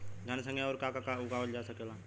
धान के संगे आऊर का का उगावल जा सकेला?